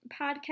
podcast